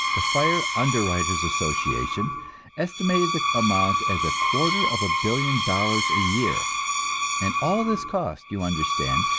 the fire underwriters' association estimated the amount as a quarter of a billion dollars a year and all this cost, you understand,